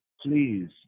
Please